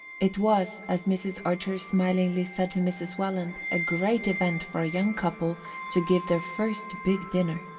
it was, as mrs. archer smilingly said to mrs. welland, a great event for a young couple to give their first big dinner.